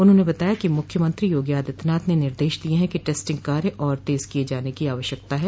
उन्होंने बताया कि मुख्यमंत्री योगी आदित्यनाथ ने निर्देश दिये हैं कि टेस्टिंग कार्य और तेज किये जाने की आवश्यकता है